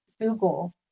google